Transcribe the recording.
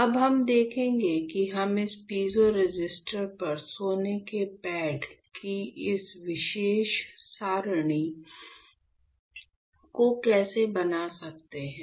अब हम देखेंगे कि हम इस पीजो रेसिस्टर पर सोने के पैड की इस विशेष सारणी को कैसे बना सकते हैं